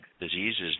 diseases